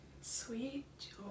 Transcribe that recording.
Sweet